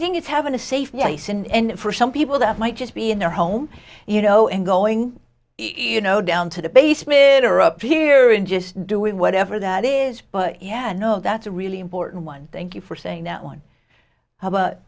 think it's having a safe place and for some people that might just be in their home you know and going you know down to the basement or up here and just doing whatever that is but yeah no that's a really important one thank you for saying that one